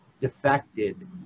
defected